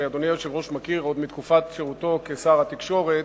שאדוני היושב-ראש מכיר עוד מתקופת שירותו כשר התקשורת,